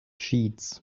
sheets